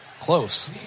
close